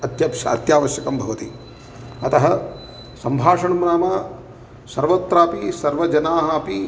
अत्यक्ष अत्यावश्यकं भवति अतः संभाषणं नाम सर्वत्रापि सर्वजनाः अपि